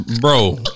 bro